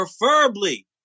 preferably